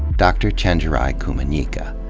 dr. chenjerai kumanyika.